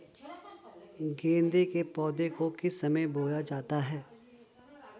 गेंदे के पौधे को किस समय बोया जाता है?